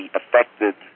affected